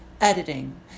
editing